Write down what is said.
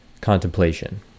contemplation